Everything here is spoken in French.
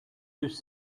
que